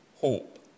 hope